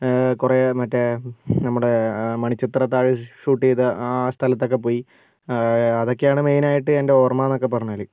കുറേ മറ്റേ നമ്മുടെ മണിച്ചിത്രത്താഴ് ഷൂട്ട് ചെയ്ത ആ സ്ഥലത്തൊക്കെ പോയി അതൊക്കെയാണ് മെയിൻ ആയിട്ട് എൻ്റെ ഓർമ്മ എന്നൊക്കെ പറഞ്ഞാൽ